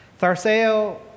Tharseo